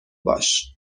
باش